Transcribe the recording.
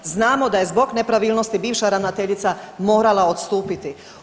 Znamo da je zbog nepravilnosti bivša ravnateljica morala odstupiti.